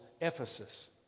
Ephesus